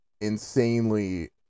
insanely